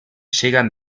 llegan